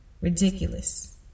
Ridiculous